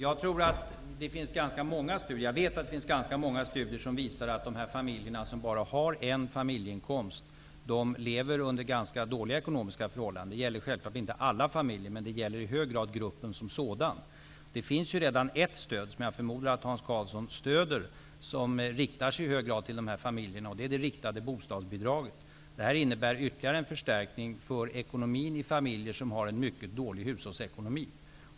Herr talman! Jag vet att det finns ganska många studier som visar att de familjer som bara har en familjeinkomst lever under ganska dåliga ekonomiska förhållanden. Det gäller självfallet inte alla familjer, men det gäller i hög grad gruppen som sådan. Det finns redan ett stöd, som jag förmodar att Hans Karlsson stöder, som i hög grad riktar sig till de här familjerna, och det är det riktade bostadsbidraget. Det här innebär ytterligare en förstärkning för ekonomin i familjer som har en mycket dålig hushållsekonomi.